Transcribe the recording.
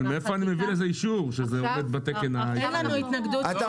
אבל מאיפה אני מביא לזה אישור שזה עומד בתקן הישראלי?